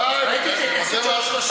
ראיתי את ההתייחסות של,